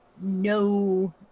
no